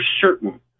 certain